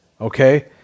Okay